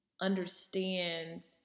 understands